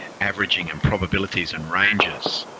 averaging and probabilities and ranges,